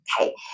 Okay